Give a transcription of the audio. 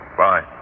bye